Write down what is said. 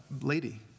lady